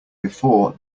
before